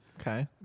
Okay